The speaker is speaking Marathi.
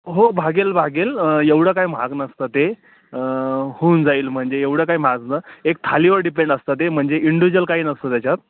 हो भागेल भागेल एवढं काय महाग नसतं ते होऊन जाईल म्हणजे एवढं काय महाग नं एक थालीवर डिपेंड असतं ते म्हणजे इंडिज्यअल काही नसतं त्याच्यात